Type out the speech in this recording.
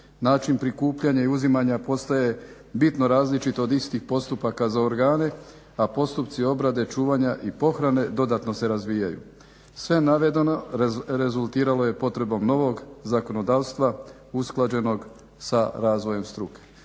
Način prikupljanja i uzimanja postaje bitno različit od istih postupaka za organe a postupci obrade, čuvanja i pohrane dodatno se razvijaju. Sve navedeno rezultiralo je potrebom novog zakonodavstva usklađenog sa razvojem struke.